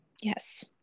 Yes